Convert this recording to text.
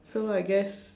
so I guess